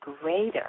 greater